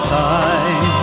time